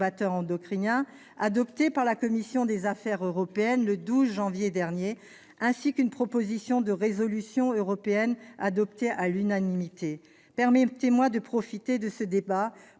endocriniens, adopté par la commission des affaires européennes le 12 janvier dernier, ainsi qu'une proposition de résolution européenne adoptée à l'unanimité. Permettez-moi, mes chers collègues, de profiter de ce débat pour